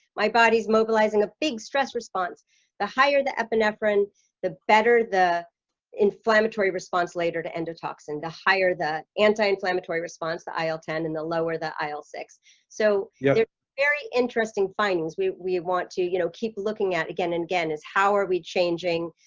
my body's mobilizing a big stress response the higher the epinephrine the better the inflammatory response later to endotoxin the higher the anti inflammatory response the il ten in the lower the il six so yeah they're very interesting findings, we we want to you know, keep looking at again. and again is how are we changing?